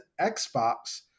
Xbox